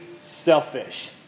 selfish